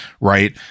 right